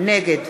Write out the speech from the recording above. נגד